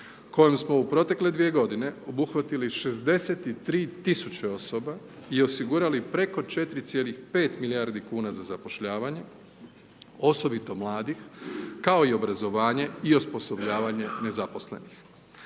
kojom smo u protekle dvije godine obuhvatili 63.000 osoba i osigurali preko 4,5 milijardi kuna za zapošljavanje, osobito mladih, kao i obrazovanje i osposobljavanje nezaposlenih.